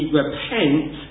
repent